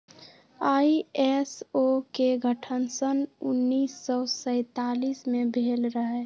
ISO के गठन सन उन्नीस सौ सैंतालीस में भेल रहै